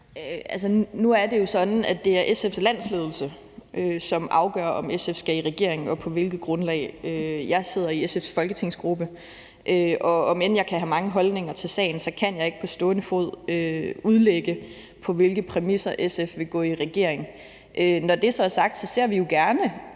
Nu er det jo sådan, at det er SF's landsledelse, som afgør, om SF skal i regering og på hvilket grundlag. Jeg sidder i SF's folketingsgruppe, og om end jeg kan have mange holdninger til sagen, kan jeg ikke på stående fod udlægge, på hvilke præmisser SF vil gå i regering. Når det så er sagt, ser vi jo gerne